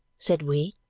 said we.